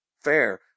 Fair